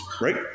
right